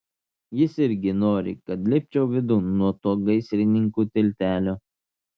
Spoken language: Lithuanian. jis irgi nori kad lipčiau vidun nuo to gaisrininkų tiltelio